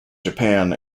japan